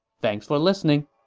thanks for listening!